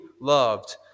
loved